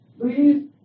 please